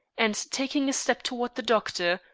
and taking a step toward the doctor,